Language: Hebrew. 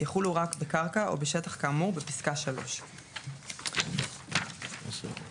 יחולו רק בקרקע או בשטח כאמור בפסקה (3); (5)מיתקן